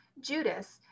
Judas